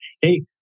hey